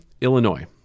illinois